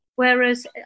Whereas